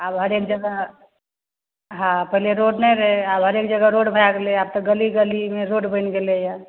आब हरेक जगह हँ पहिले रोड नहि रहै आब हरेक जगह रोड भए गेलै आब तऽ गली गलीमे रोड बनि गेलैए